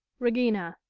regina.